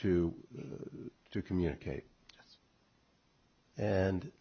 to communicate and